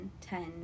ten